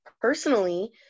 personally